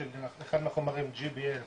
אחד החומרים GBL,